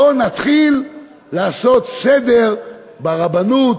בואו נתחיל לעשות סדר ברבנות.